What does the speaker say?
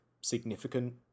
significant